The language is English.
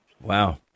Wow